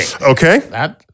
Okay